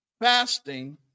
fasting